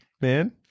man